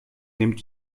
nimmt